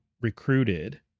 recruited